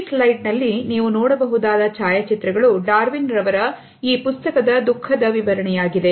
ಈ ಸ್ಲೈಡ್ ನಲ್ಲಿ ನೀವು ನೋಡಬಹುದಾದ ಛಾಯಾಚಿತ್ರಗಳು ಡಾರ್ವಿನ್ ಅವರ ಈ ಪುಸ್ತಕದ ದುಃಖದ ವಿವರಣೆಯಾಗಿದೆ